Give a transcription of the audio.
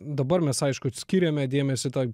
dabar mes aišku skiriame dėmesį tai